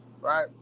right